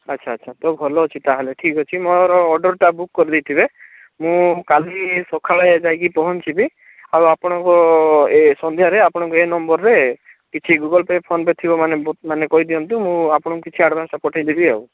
ଆଚ୍ଛା ଆଚ୍ଛା ତ ଭଲ ଅଛି ତା'ହେଲେ ଠିକ୍ ଅଛି ମୋର ଅର୍ଡ଼ରଟା ବୁକ୍ କରିଦେଇଥିବେ ମୁଁ କାଲି ସକାଳେ ଯାଇକି ପହଞ୍ଚିବି ଆଉ ଆପଣଙ୍କ ଏ ସନ୍ଧ୍ୟାରେ ଆପଣଙ୍କୁ ଏ ନମ୍ବରରେ କିଛି ଗୁଗଲ୍ ପେ ଫୋନ୍ ପେ ଥିବ ମାନେ ମାନେ କହିଦିଅନ୍ତୁ ମୁଁ ଆପଣଙ୍କୁ କିଛି ଆଡ଼ଭାନ୍ସଟା ପଠାଇଦେବି ଆଉ